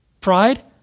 pride